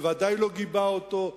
בוודאי לא גיבה אותו,